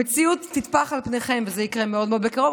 המציאות תטפח על פניכם וזה יקרה מאוד מאוד בקרוב,